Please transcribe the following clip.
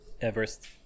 Everest